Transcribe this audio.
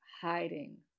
hiding